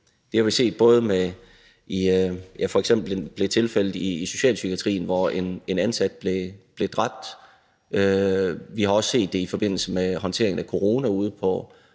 Det har vi f.eks. set med tilfældet i socialpsykiatrien, hvor en ansat blev dræbt. Vi har også set det i forbindelse med håndteringen af corona ude på